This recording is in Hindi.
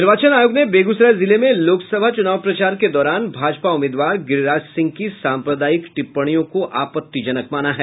निर्वाचन आयोग ने बेगूसराय जिले में लोकसभा चूनाव प्रचार के दौरान भाजपा उम्मीदवार गिरिराज सिंह की सांप्रदायिक टिप्पणियों को आपत्तिजनक माना है